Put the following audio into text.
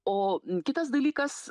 o kitas dalykas